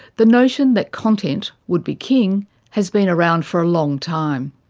the notion that content would be king has been around for a long time.